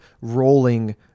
rolling